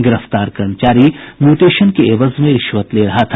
गिरफ्तार कर्मचारी म्यूटेशन के एवज में रिश्वत ले रहा था